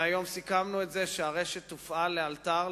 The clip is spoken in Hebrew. היום סיכמנו שהרשת תופעל לאלתר,